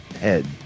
head